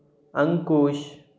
अंकुश